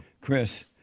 Chris